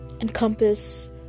encompass